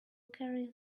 carry